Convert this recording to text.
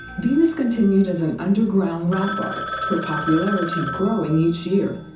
venus continued as an underground rap artist, her popularity growing each year.